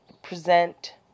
Present